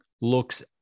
looks